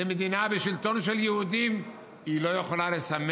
זו מדינה ושלטון של יהודים, היא לא יכולה לסמן